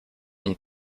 ont